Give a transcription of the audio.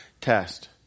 test